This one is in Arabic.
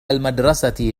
المدرسة